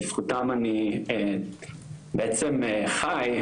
בזכותם אני בעצם חי,